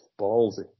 ballsy